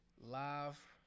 live